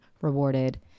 rewarded